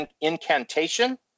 incantation